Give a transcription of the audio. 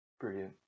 Brilliant